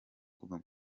kuva